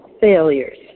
failures